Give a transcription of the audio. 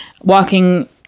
walking